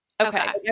Okay